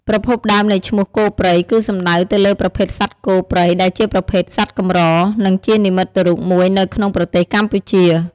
ប្រភពដើមនៃឈ្មោះ "គោព្រៃ" គឺសំដៅទៅលើប្រភេទសត្វគោព្រៃដែលជាប្រភេទសត្វកម្រ និងជានិមិត្តរូបមួយនៅក្នុងប្រទេសកម្ពុជា។